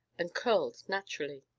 and curled naturally.